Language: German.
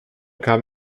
kam